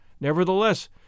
Nevertheless